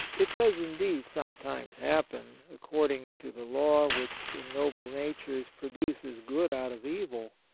it does indeed sometimes happen, according to the law which in noble natures produces good out of evil,